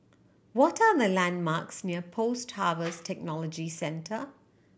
what are the landmarks near Post Harvest Technology Centre